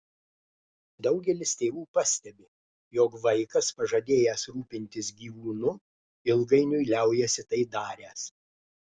daugelis tėvų pastebi jog vaikas pažadėjęs rūpintis gyvūnu ilgainiui liaujasi tai daręs